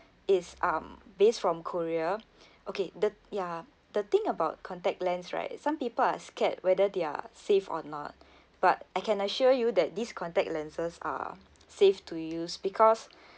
is um based from korea okay the ya the thing about contact lens right some people are scared whether they're safe or not but I can assure you that these contact lenses are safe to use because